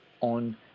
on